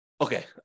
Okay